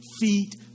feet